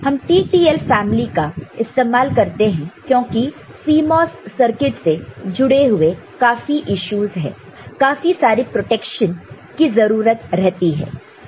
हम TTL family का इस्तेमाल करते हैं क्योंकि CMOS सर्किट से जुड़े हुए काफी इश्यूज है काफी सारे प्रोटेक्शन की जरूरत रहती है